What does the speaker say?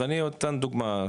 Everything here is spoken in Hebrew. אז אני נותן דוגמא,